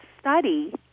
study